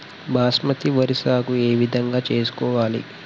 బాస్మతి వరి సాగు ఏ విధంగా చేసుకోవాలి?